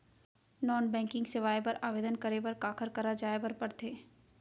non banking सेवाएं बर आवेदन करे बर काखर करा जाए बर परथे